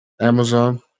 Amazon